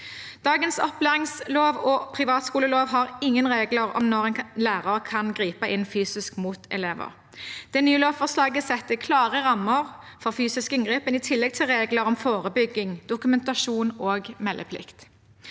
Dagens opplæringslov og privatskolelov har ingen regler om når en lærer kan gripe inn fysisk mot elever. Det nye lovforslaget setter klare rammer for fysisk inngripen, i tillegg til regler om forebygging, dokumentasjon og meldeplikt.